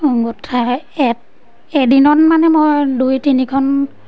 গোঁঠা এদিনত মানে মই দুই তিনিখন